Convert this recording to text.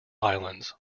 islands